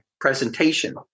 presentation